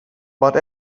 but